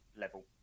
level